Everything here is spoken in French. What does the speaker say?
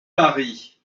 paris